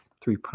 three